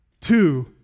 Two